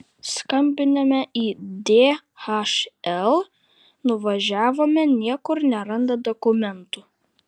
skambiname į dhl nuvažiavome niekur neranda dokumentų